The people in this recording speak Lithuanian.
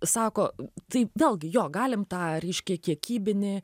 sako tai vėlgi jo galim tą reiškia kiekybinį